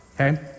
Okay